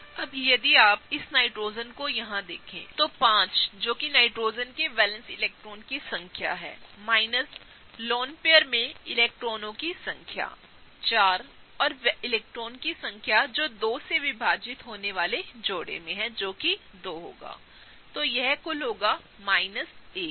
अब यदि आप इस अन्य नाइट्रोजन को यहाँ देखें तो 5 जो कि नाइट्रोजन के वैलेंस इलेक्ट्रॉनों की संख्या है माइनस लोन पेयर में इलेक्ट्रॉनों की संख्या 4 और इलेक्ट्रॉनों की संख्या जो 2 से विभाजित होने वाले जोड़े में हैं जो 2 होगा इसलिए यह कुल माइनस1होगा